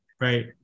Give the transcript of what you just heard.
right